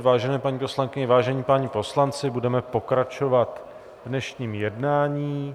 Vážené paní poslankyně, vážení páni poslanci, budeme pokračovat v dnešním jednání.